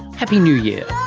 happy new year